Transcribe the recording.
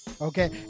okay